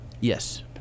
Yes